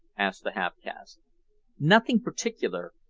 asked the half-caste. nothing particular,